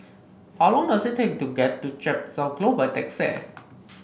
how long does it take to get to Chepstow Close by taxi